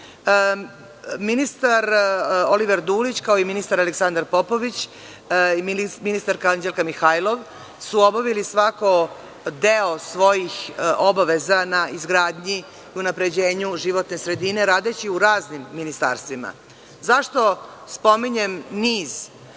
tumači. Ministar Oliver Dulić, kao i ministar Aleksandar Popović i ministarka Anđelka Mihajlov su obavili, svako deo svojih obaveza na izgradnji i unapređenju životne sredine, radeći u raznim ministarstvima.Zašto spominjem niz